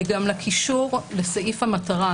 וגם לקישור לסעיף המטרה.